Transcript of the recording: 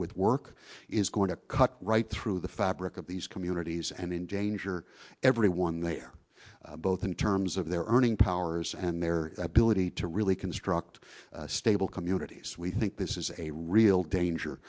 with work is going to cut right through the fabric of these communities and endangered everyone there both in terms of their earning powers and their ability to really construct stable communities we think this is a real danger